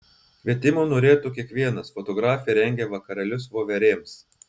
kvietimo norėtų kiekvienas fotografė rengia vakarėlius voverėms